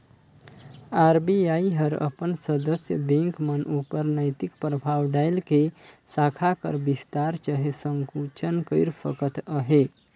RBI हर अपन सदस्य बेंक मन उपर नैतिक परभाव डाएल के साखा कर बिस्तार चहे संकुचन कइर सकत अहे